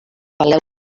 peleu